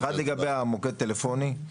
כן, אחד לגבי המוקד הטלפוני,